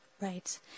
Right